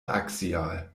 axial